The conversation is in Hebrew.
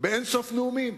באין-סוף נאומים,